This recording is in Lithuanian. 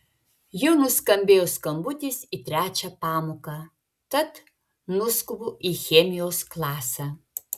jau nuskambėjo skambutis į trečią pamoką tad nuskubu į chemijos klasę